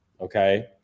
Okay